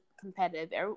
competitive